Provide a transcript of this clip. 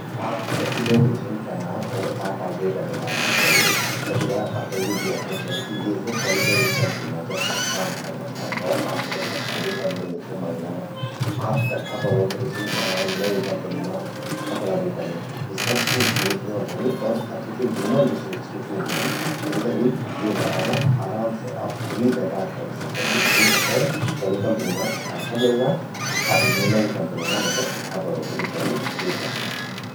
आप कखि नौकरी छिन कना अर आपा वेतने बात चि चल्लीं, त तति बार आपते यो द्योखण चेंद कि येसे पल्लि वलि कंपनि मां, जख आप काम कना छा, तो आपते कथ्या वेतन मिल्द छो महीना मां, आप कथ्या बढो़तरी छिन चाणा नई कंपनी मां अपणा वेतने। यी सब चीज द्येख ल्योंण चेंदि अर तख ज्वो ह्यूमन रिसोर्स की टीम व्हंदि, तूं दगड़ि आप य बारा मां आराम से खुली ते बात करि सकदन, कि भई मैते पलि कंपनी मां इथ्या छा मिल्लां, अब यीं नई कंपनी मां मेते इथ्या बढ़ोतरी चेंदि वेतन मां।